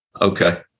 Okay